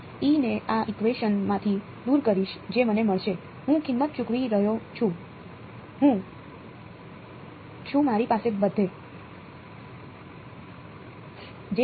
હું ને આ ઇકવેશન માંથી દૂર કરીશ જે મને મળશે હું કિંમત ચૂકવી રહ્યો છું હવે હું છું મારી પાસે બધે છે